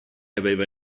aveva